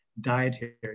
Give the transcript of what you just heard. dietary